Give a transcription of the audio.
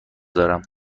دارم